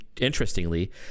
interestingly